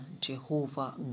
Jehovah